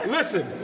Listen